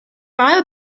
ail